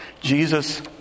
Jesus